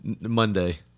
Monday